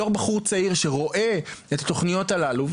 בתור בחור צעיר שרואה את התוכניות הללו,